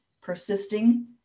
persisting